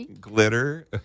glitter